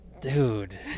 Dude